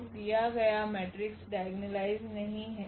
तो दिया गया मेट्रिक्स डाइगोनलाइज नहीं हैं